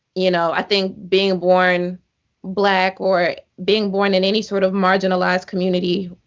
you know? i think being born black or being born in any sort of marginalized community,